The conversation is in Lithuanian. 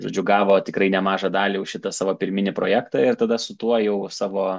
žodžiu gavo tikrai nemažą dalį už šitą savo pirminį projektą ir tada su tuo jau savo